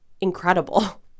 incredible